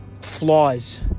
flaws